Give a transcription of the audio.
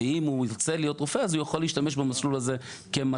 ואם הוא ירצה להיות רופא הוא יוכל להשתמש במסלול הזה כמקפצה.